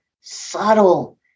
subtle